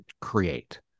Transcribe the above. create